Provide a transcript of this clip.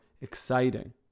exciting